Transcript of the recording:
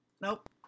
Nope